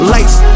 Lights